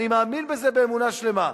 אני מאמין בזה באמונה שלמה,